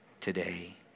today